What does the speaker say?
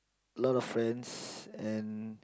lots of friends and